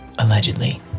Allegedly